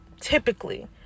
typically